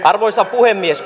arvoisa puhemies